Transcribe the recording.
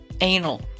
anal